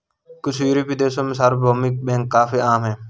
कुछ युरोपियन देशों में सार्वभौमिक बैंक काफी आम हैं